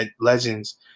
Legends